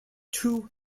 two